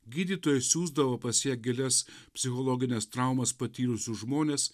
gydytojai siųsdavo pas ją gilias psichologines traumas patyrusius žmones